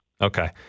Okay